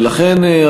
ולכן,